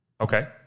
Okay